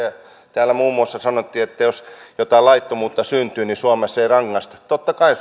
täällä muun muassa sanottiin että jos jotain laittomuutta syntyy niin suomessa ei rangaista totta kai